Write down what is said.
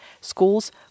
Schools